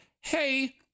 Hey